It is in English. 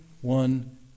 one